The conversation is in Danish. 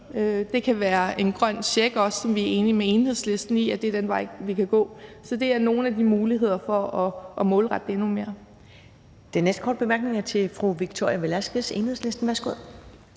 Det kan også være med en grøn check, som vi er enige med Enhedslisten i er den vej, vi kan gå. Så det er nogle af de muligheder, der er for at målrette det endnu mere.